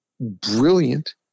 brilliant